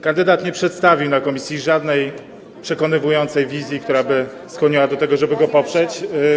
Kandydat nie przedstawił komisji żadnej przekonującej wizji, która by skłaniała do tego, żeby go poprzeć.